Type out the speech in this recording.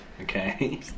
Okay